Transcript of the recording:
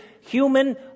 human